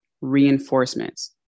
Reinforcements